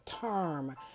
term